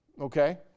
Okay